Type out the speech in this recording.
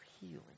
healing